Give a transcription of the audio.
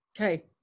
Okay